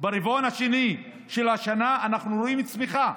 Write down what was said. ברבעון השני של השנה אנחנו רואים צמיחה,